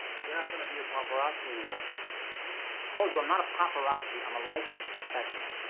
you're not gonna be a paparazzi anymore. i told you, i'm not a paparazzi. i'm a licensed professional.